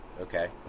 okay